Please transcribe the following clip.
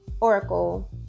oracle